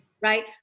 right